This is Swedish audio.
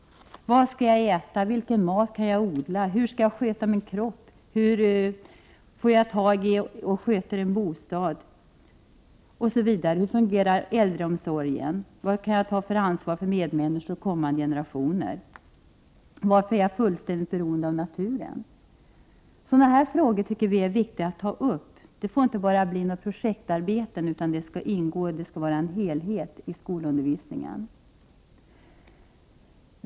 | Vad skall jag äta, vilken mat kan jag odla, hur skall jag sköta min kropp, hur 9” Prot. 1988/89:104 får jag tag i och sköter en bostad, hur fungerar äldreomsorgen, vilket ansvar kan jag ta för medmänniskor och kommande generationer, varför är jag fullständigt beroende av naturen? Sådana här frågor är viktiga att ta upp. De får inte bara bli projektarbeten utan måste ingå som helhet i skolundervisningen.